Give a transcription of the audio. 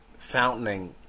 fountaining